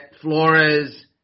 Flores